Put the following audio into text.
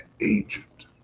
agent